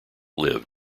lived